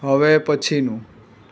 હવે પછીનું